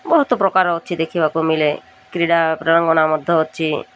ବହୁତ ପ୍ରକାର ଅଛି ଦେଖିବାକୁ ମିଳେ କ୍ରୀଡ଼ା ପ୍ରଙ୍ଗଣା ମଧ୍ୟ ଅଛି